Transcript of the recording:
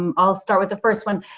um i'll start with the first one.